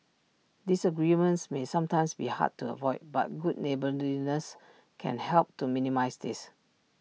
disagreements may sometimes be hard to avoid but good neighbourliness can help to minimise this